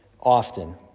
often